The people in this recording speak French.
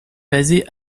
basée